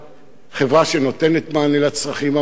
חברה שנותנת מענה לצרכים המיוחדים.